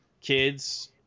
kids